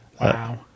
wow